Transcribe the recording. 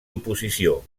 oposició